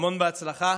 המון הצלחה